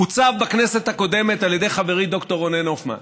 הוצג בכנסת הקודמת על ידי חברי ד"ר רונן הופמן.